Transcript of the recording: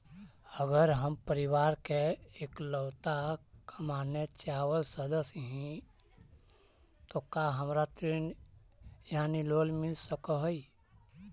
अगर हम परिवार के इकलौता कमाने चावल सदस्य ही तो का हमरा ऋण यानी लोन मिल सक हई?